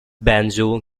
banjo